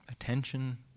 attention